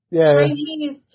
Chinese